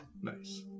Nice